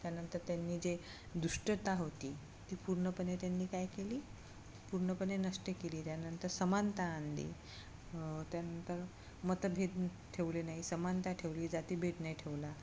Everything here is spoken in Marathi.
त्यानंतर त्यांनी जे दुष्टता होती ती पूर्णपणे त्यांनी काय केली पूर्णपणे नष्ट केली त्यानंतर समानता आणली त्यानंतर मतभेद ठेवले नाही समानता ठेवली जातीभेद नाही ठेवला